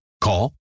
Call